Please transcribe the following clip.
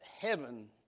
heaven